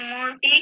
music